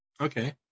Okay